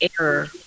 error